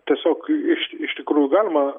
tiesiog iš iš tikrųjų galima